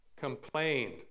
Complained